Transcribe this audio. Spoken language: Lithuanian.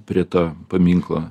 prie to paminklo